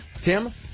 Tim